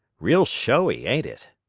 real showy, ain't it?